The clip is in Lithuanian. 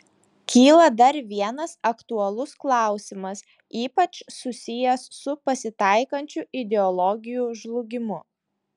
kyla dar vienas aktualus klausimas ypač susijęs su pasitaikančiu ideologijų žlugimu